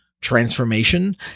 Transformation